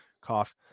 cough